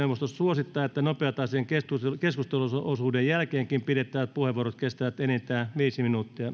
suosittaa että nopeatahtisen keskusteluosuuden jälkeenkin pidettävät puheenvuorot kestävät enintään viisi